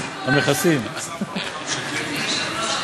ישיבת סיעה, מה שקורה שם?